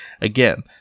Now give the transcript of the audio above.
Again